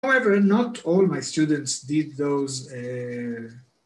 ‏However, not all my students did those.